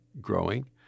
growing